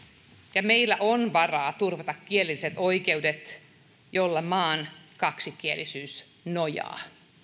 ja meillä on varaa turvata kielelliset oikeudet joihin maan kaksikielisyys nojaa